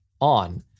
on